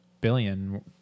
billion